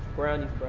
brownies.